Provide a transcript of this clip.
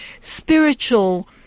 spiritual